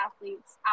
athletes